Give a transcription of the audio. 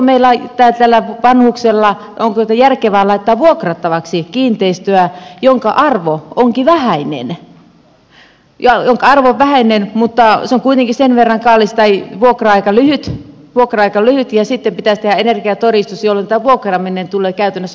onko meidän tai tämän vanhuksen järkevää laittaa vuokrattavaksi kiinteistöä jonka arvo onkin vähäinen mutta se on kuitenkin sen verran kallis tai vuokra aika lyhyt ja sitten pitäisi tehdä energiatodistus jolloin tämä vuokraaminen tulee käytännössä mahdottomaksi